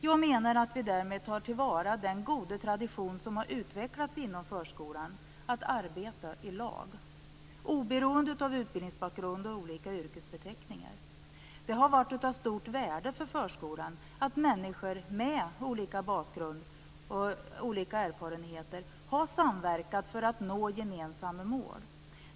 Jag menar att vi därmed tar till vara den goda tradition som har utvecklats inom förskolan att arbeta i lag oberoende av utbildningsbakgrund och olika yrkesbeteckningar. Det har varit av stort värde för förskolan att människor med olika bakgrund och erfarenheter har samverkat för att nå gemensamma mål.